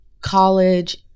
college